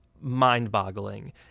mind-boggling